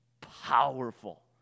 Powerful